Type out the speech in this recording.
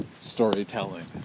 storytelling